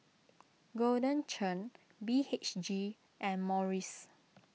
Golden Churn B H G and Morries